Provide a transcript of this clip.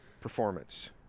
performance